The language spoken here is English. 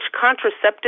contraceptive